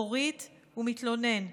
הורית ומתלונן,